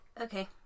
Okay